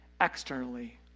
externally